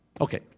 Okay